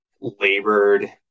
labored